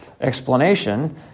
explanation